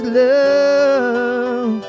love